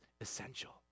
essential